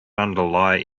underlie